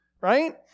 Right